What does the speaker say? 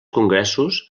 congressos